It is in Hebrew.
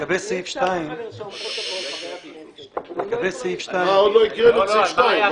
סעיף 2. עוד לא הקראנו את סעיף 2,